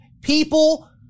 People